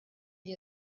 wir